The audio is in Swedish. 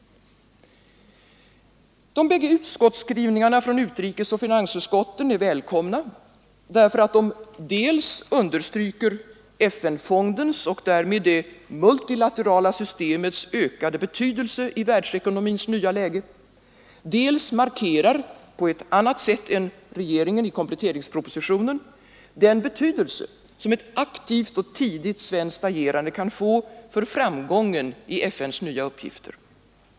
De bägge utskottsskrivningarna från utrikesoch finansutskotten är välkomna, därför att de dels understryker FN-fondens och därmed det multilaterala systemets ökade betydelse i världsekonomins nya läge, dels markerar — på ett annat sätt än regeringen i kompletteringspropositionen — den betydelse som ett aktivt och tidigt svenskt agerande kan få för framgången i FN:s nya uppgifter.